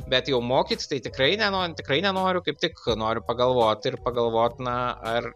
bet jau mokyt tai tikrai neno tikrai nenoriu kaip tik noriu pagalvot ir pagalvot na ar